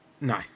No